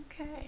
Okay